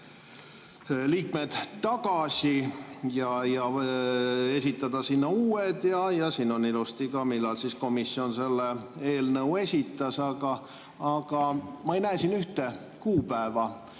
liikmed tagasi ja esitada sinna uued. Ja siin on ilusti kirjas ka, millal komisjon selle eelnõu esitas. Aga ma ei näe siin ühte kuupäeva.